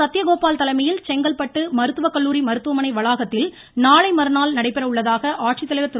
சத்யகோபால் தலைமையில் செங்கல்பட்டு மருத்துவக்கல்லூரி மருத்துவமனை வளாகத்தில் நாளை மறுநாள் நடைபெற உள்ளதாக ஆட்சித்தலவைர் திரு